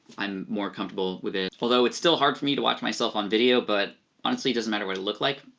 i'm more comfortable with it. although it's still hard for me to watch myself on video, but honestly it doesn't matter what i look like,